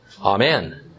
Amen